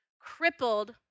crippled